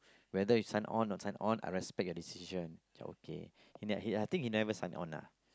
whether you sign on not sign on I respect your decision ya okay in the head I think he never sign on lah